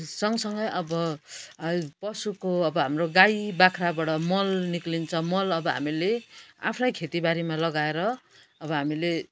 सँगसँगै अब पशुको अब हाम्रो गाई बाख्राबाट मल निस्किन्छ मल अब हामीले आफ्नै खेतीबारीमा लगाएर अब हामीले